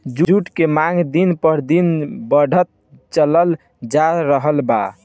जुट के मांग दिन प दिन बढ़ल चलल जा रहल बा